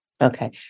Okay